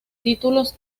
títulos